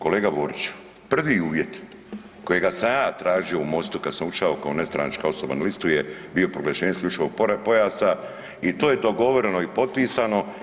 Kolega Boriću, prvi uvjet kojega sam ja tražio u MOST-u kada sam ušao kao nestranačka osoba na listu je bilo proglašenje isključivog pojasa i to je dogovoreno i potpisano.